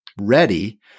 ready